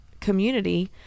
community